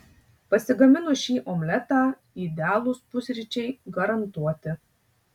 pasigaminus šį omletą idealūs pusryčiai garantuoti